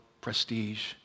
prestige